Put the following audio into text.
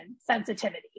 sensitivity